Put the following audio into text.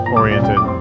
oriented